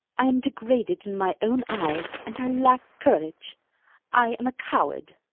i am degraded in my own eyes and i lack courage i am a coward!